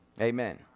Amen